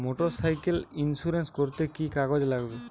Motorcycle insurance করতে কি কি কাগজ লাগবে?